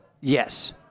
Yes